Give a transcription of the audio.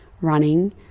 running